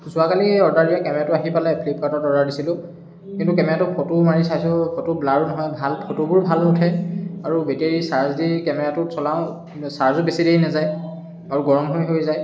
যোৱাকালি অৰ্ডাৰ দিয়া কেমেৰাটো আহি পালে ফ্লিপকাৰ্টত অৰ্ডাৰ দিছিলোঁ কিন্তু কেমেৰাটো ফটো মাৰি চাইছোঁ ফটো ব্লাৰো নহয় ফটো ভাল ফটোবোৰো ভাল নুঠে আৰু বেটেৰী চাৰ্জ দি কেমেৰাটো চলাওঁ কিন্তু চাৰ্জো বেছি দেৰি নেযায় আৰু গৰম হৈ হৈ যায়